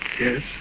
Yes